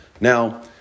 Now